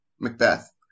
macbeth